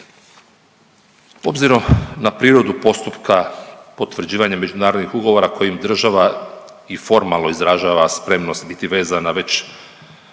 Obzirom na prirodu postupka potvrđivanje međunarodnih ugovora kojim država i formalno izražava spremnost biti vezana već